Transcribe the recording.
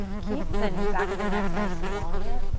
keep the back of the neck nice and long here.